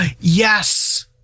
Yes